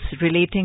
relating